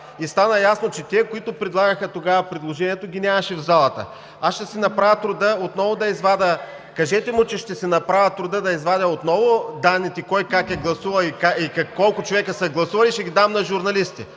Става ясно, че тези, които направиха тогава предложението, ги нямаше в залата. Кажете му, че ще си направя труда отново да извадя данните кой как е гласувал и колко човека са гласували. Ще ги дам на журналистите.